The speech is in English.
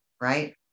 right